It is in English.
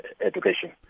education